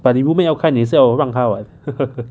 but 你 roommate 要开你也是要让他 [what]